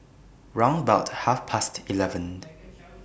round about Half Past eleven